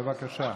בבקשה.